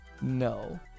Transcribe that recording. No